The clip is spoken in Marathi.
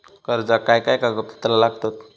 कर्जाक काय काय कागदपत्रा लागतत?